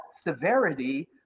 severity